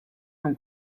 from